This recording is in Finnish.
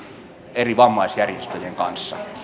eri vammaisjärjestöjen kanssa